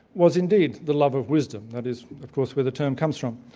was indeed the love of wisdom. that is, of course where the term comes from.